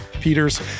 Peters